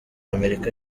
amerika